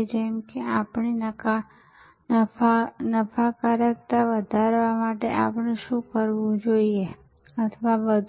તેથી સગવડ એ મંત્ર છે જે અમારી વિતરણ નેટવર્ક